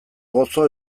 gozo